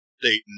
Dayton